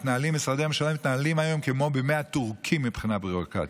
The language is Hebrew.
מתנהלים היום כמו בימי הטורקים מבחינה ביורוקרטית.